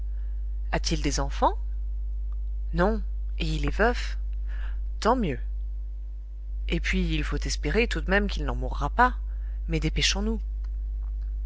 a-t-il des enfants non et il est veuf tant mieux et puis il faut espérer tout de même qu'il n'en mourra pas mais dépêchons-nous